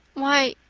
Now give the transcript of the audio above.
why,